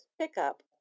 pickup